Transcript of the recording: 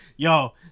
Yo